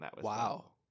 Wow